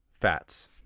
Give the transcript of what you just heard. fats